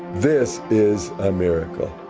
this is a miracle.